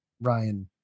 Ryan